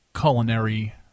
culinary